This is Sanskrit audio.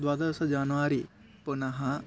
द्वादश जनवरी पुनः